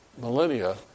millennia